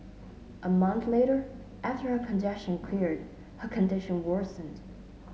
a month later after her congestion cleared her condition worsened